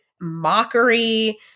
mockery